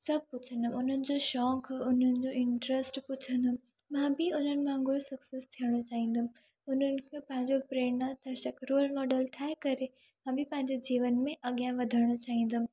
सब पुछंदमि उन्हनि जो शौक़ु उन्हनि जो इंट्रस्ट पुछंदमि मां बि उन्हनि वांगुरु सक्सैस थियणु चाहींदमि उन्हनि खे पंहिंजो प्रेरणा दर्शक रोल मॉडल ठाहे करे मां बि पंहिंजे जीवन में अॻियां वधणु चाहींदमि